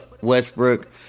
Westbrook